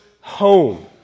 home